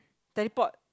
teleport